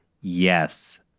yes